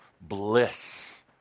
bliss